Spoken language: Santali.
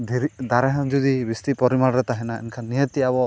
ᱫᱷᱤᱨᱤ ᱫᱟᱨᱮ ᱦᱚᱸ ᱡᱩᱫᱤ ᱵᱤᱥᱛᱤ ᱯᱚᱨᱤᱢᱟᱱ ᱨᱮ ᱛᱟᱦᱮᱱᱟ ᱮᱱᱠᱷᱟᱱ ᱱᱤᱦᱟᱹᱛᱤ ᱟᱵᱚ